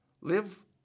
Live